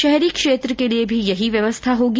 शहरी क्षेत्र के लिए भी यही व्यवस्था होगी